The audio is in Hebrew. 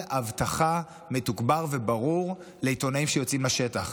אבטחה מתוגבר וברור לעיתונאים שיוצאים לשטח.